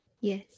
Yes